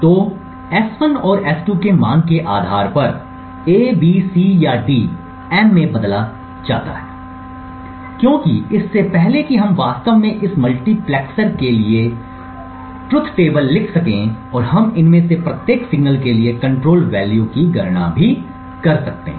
तो S1 और S2 के मान के आधार पर A B C या D M में बदल जाता है क्योंकि इससे पहले कि हम वास्तव में इस मल्टीप्लेक्सर के लिए ट्रुथ टेबल लिख सकें और हम इनमें से प्रत्येक सिग्नल के लिए कंट्रोल वैल्यू की गणना भी कर सकते हैं